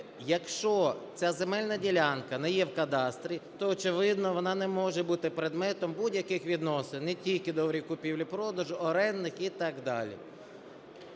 Якщо ця земельна ділянка не є в кадастрі, то очевидно, вона не може бути предметом будь-яких відносин, не тільки договорів купівлі-продажу, орендних і так далі.